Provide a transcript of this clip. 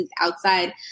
outside